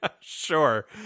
Sure